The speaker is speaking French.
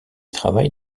travaille